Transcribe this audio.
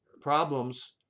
problems